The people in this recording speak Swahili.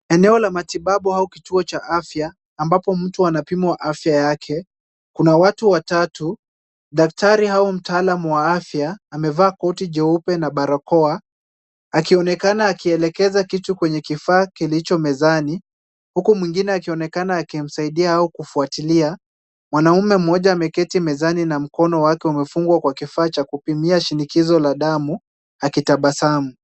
Eneo la matibabu au kituo cha afya, ambapo mtu anapimwa afya yake, kuna watu watatu. Daktari au mtalam wa afya, amevaa koti Jeupe na barakoa, akionekana akielekeza kitu kwenye kifaa kilicho mezani, huku mwingine akionekana akimsaidia au kufuatilia. Mwanaume mmoja ameketi mezani na mkono wake umefungwa kwa kifaa cha kupimia shinikizo la damu akitabasamu.